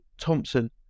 Thompson